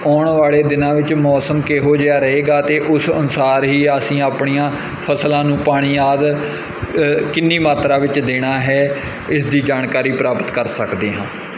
ਆਉਣ ਵਾਲੇ ਦਿਨਾਂ ਵਿੱਚ ਮੌਸਮ ਕਿਹੋ ਜਿਹਾ ਰਹੇਗਾ ਅਤੇ ਉਸ ਅਨੁਸਾਰ ਹੀ ਅਸੀਂ ਆਪਣੀਆਂ ਫ਼ਸਲਾਂ ਨੂੰ ਪਾਣੀ ਆਦਿ ਕਿੰਨੀ ਮਾਤਰਾ ਵਿੱਚ ਦੇਣਾ ਹੈ ਇਸ ਦੀ ਜਾਣਕਾਰੀ ਪ੍ਰਾਪਤ ਕਰ ਸਕਦੇ ਹਾਂ